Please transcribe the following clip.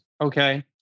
Okay